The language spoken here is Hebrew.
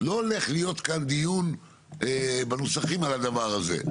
לא הולך להיות כאן דיון בנוסחים על הדבר הזה.